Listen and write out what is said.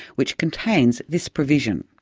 which contains this provision.